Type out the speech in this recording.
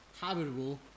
habitable